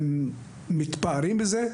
והם מתפארים בזה,